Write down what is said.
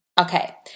Okay